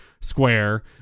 square